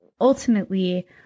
ultimately